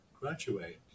graduate